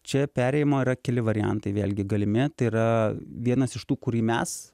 čia perėjimo yra keli variantai vėlgi galimi tai yra vienas iš tų kurį mes